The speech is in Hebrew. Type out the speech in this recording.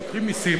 לוקחים מסים,